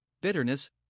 bitterness